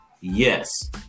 Yes